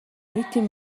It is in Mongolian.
нийтийн